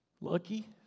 Lucky